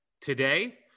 today